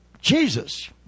Jesus